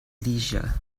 leisure